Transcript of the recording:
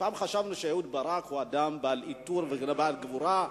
פעם חשבנו שאהוד ברק הוא אדם בעל עיטור ובעל גבורה,